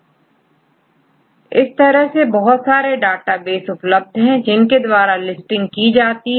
astral में बहुत सारे डेटाबेस हैप्रत्येक कैटेगरी के लिए अलग अलग डेटाबेस की लिस्टिंग है